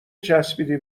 چسبیدی